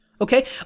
Okay